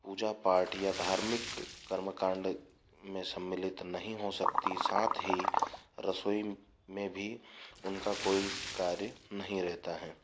पूजा पाठ या धार्मिक कर्म कांड में सम्मिलित नहीं हो सकती साथ ही रसोई में भी उनका कोई कार्य नहीं रहता है